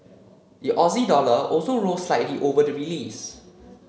the Aussie dollar also rose slightly over the release